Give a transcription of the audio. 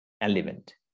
element